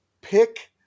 pick